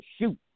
shoot